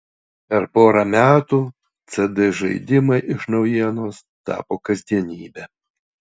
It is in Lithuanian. per porą metų cd žaidimai iš naujienos tapo kasdienybe